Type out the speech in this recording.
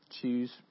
choose